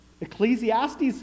ecclesiastes